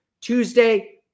Tuesday